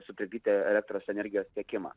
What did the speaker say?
sutrikdyti elektros energijos tiekimą